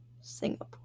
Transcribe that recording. Singapore